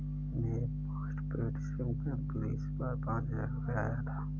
मेरे postpaid SIM का bill इस बार पाँच हजार रुपए आया था